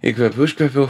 įkvėpiau iškvėpiau